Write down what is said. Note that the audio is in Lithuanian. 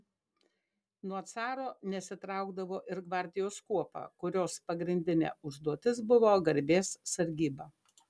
nuo caro nesitraukdavo ir gvardijos kuopa kurios pagrindinė užduotis buvo garbės sargyba